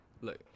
look